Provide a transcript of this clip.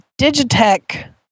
Digitech